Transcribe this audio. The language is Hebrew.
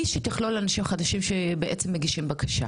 שתכלול אנשים חדשים שבעצם מגישים בקשה?